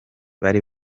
bari